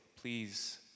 please